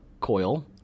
Coil